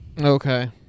Okay